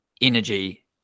energy